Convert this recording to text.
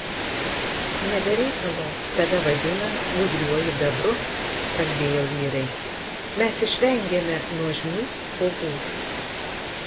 ne be reikalo tave vadina gudriuoju bebru kalbėjo vyrai mes išvengėme nuožmių kovų